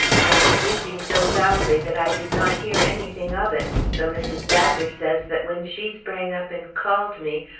i was sleeping so soundly that i did not hear anything of it, though mrs. badger says that when she sprang up and called me,